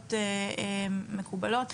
במכללות מקובלות.